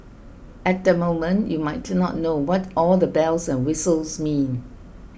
at the moment you might to not know what all the bells and whistles mean